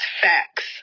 facts